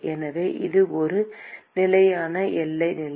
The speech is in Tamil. எனவே இது ஒரு நிலையான எல்லை நிலை